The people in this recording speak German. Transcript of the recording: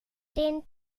den